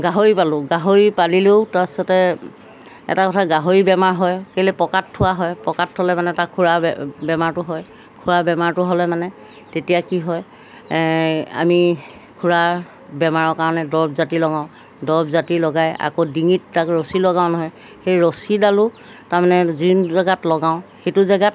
গাহৰি পালোঁ গাহৰি পালিলেও তাৰপিছতে এটা কথা গাহৰি বেমাৰ হয় কেলৈ পকাত থোৱা হয় পকাত থ'লে মানে তাক খুৰা বেমাৰটো হয় খোৰা বেমাৰটো হ'লে মানে তেতিয়া কি হয় আমি খুৰাৰ বেমাৰৰ কাৰণে দৰব জাতি লগাওঁ দৰব জাতি লগাই আকৌ ডিঙিত তাক ৰছী লগাওঁ নহয় সেই ৰছীডালো তাৰমানে যোন জেগাত লগাওঁ সেইটো জেগাত